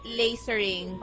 lasering